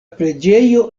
preĝejo